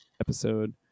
episode